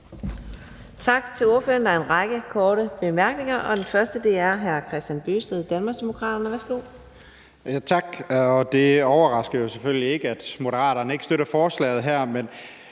Tak til ordføreren. Der er en række korte bemærkninger, og den første er fra hr. Kristian Bøgsted, Danmarksdemokraterne. Værsgo. Kl. 11:00 Kristian Bøgsted (DD): Tak. Det overrasker jo selvfølgelig ikke, at Moderaterne ikke støtter forslaget her,